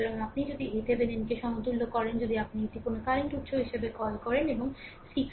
সুতরাং আপনি যদি এই থেভেনিনকে সমতুল্য করেন যদি আপনি এটি কোনও কারেন্ট উৎস হিসাবে কল করেন এবং 6